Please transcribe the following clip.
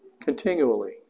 continually